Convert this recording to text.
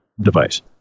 device